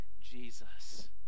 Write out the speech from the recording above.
Jesus